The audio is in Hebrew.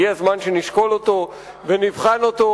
הגיע הזמן שנשקול אותו ונבחן אותו,